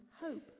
hope